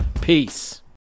Peace